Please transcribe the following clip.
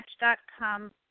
match.com